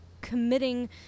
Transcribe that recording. committing